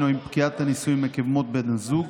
או עם פקיעת הנישואים עקב מות בן הזוג